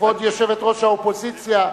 כבוד יושבת-ראש האופוזיציה.